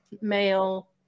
male